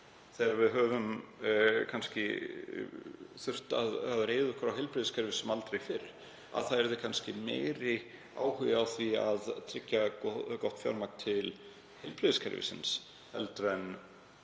þegar við höfum þurft að reiða okkur á heilbrigðiskerfið sem aldrei fyrr, yrði kannski meiri áhugi á því að tryggja gott fjármagn til heilbrigðiskerfisins heldur en